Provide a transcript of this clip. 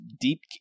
deep